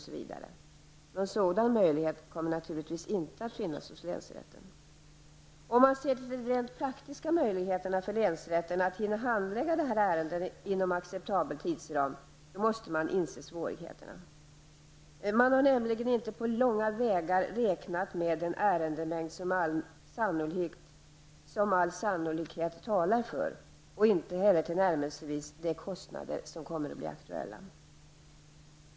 Någon sådan möjlighet kommer naturligtvis inte att finnas hos länsrätten. Om man ser till de rent praktiska möjligheterna för länsrätterna att hinna handlägga dessa ärenden inom acceptabel tid måste man inse svårigheterna. Man har nämligen inte på långa vägar räknat med den ärendemängd som all sannolikhet talar för och inte heller tillnärmelsevis de kostnader som kommer att bli aktuella.